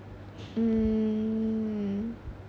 mm